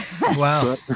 Wow